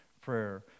prayer